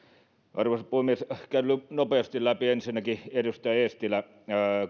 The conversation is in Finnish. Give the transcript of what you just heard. arvoisa puhemies käyn nopeasti läpi ensinnäkin edustaja eestilä